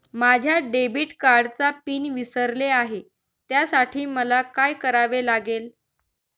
माझ्या डेबिट कार्डचा पिन विसरले आहे त्यासाठी मला काय करावे लागेल?